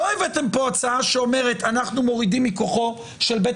לא הבאתם לכאן הצעה שאומרת אנחנו מורידים מכוחו של בית